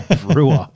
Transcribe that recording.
Brewer